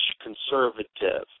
conservative